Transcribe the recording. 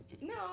no